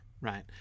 right